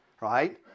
right